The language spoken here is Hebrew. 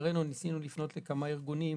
לצערנו ניסינו לפנות לכמה אירגוני